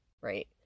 right